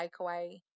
takeaway